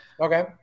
Okay